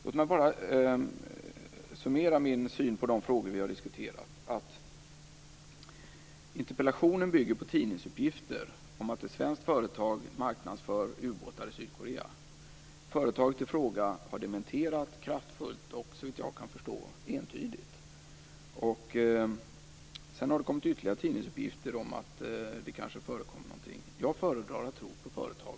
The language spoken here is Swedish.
Låt mig bara summera min syn på de frågor vi har diskuterat. Interpellationen bygger på tidningsuppgifter om att ett svenskt företag marknadsför ubåtar i Sydkorea. Företaget i fråga har dementerat detta kraftfullt och, såvitt jag förstår, entydigt. Sedan har det kommit ytterligare tidningsuppgifter om att det kanske förekommer något. Jag föredrar att tro på företaget.